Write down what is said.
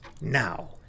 Now